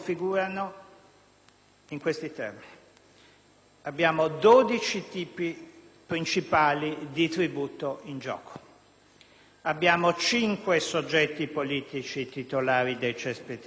in questi termini: abbiamo dodici tipi principali di tributo in gioco; abbiamo cinque soggetti politici titolari dei cespiti tributari;